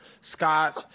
scotch